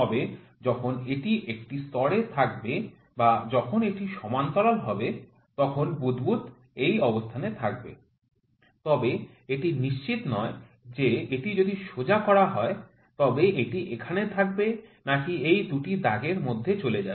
তবে যখন এটি একটি স্তরে থাকবে বা যখন এটি সমান্তরাল হবে তখন বুদবুদ এই অবস্থানে থাকবে তবে এটি নিশ্চিত নয় যে এটি যদি সোজা করা হয় তবে এটি এখানে থাকবে নাকি এই দুটি দাগের মধ্যে চলে যাবে